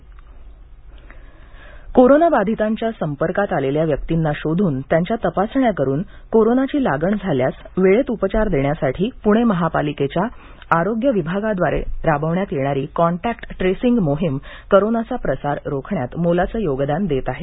contact tracing कोरोनाबाधितांच्या संपर्कात आलेल्या व्यक्तींना शोधून त्यांच्या तपासण्या करून कोरोनाची लागण झाल्यास वेळेत उपचार देण्यासाठी पुणे महापालिकेच्या आरोग्य विभागातर्फे राबविण्यात येणारी कॉन्टॅक्ट ट्रेसिंग मोहीम करोनाचा प्रसार रोखण्यात मोलाचे योगदान देत आहे